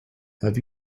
have